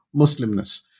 Muslimness